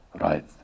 right